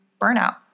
burnout